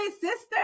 sister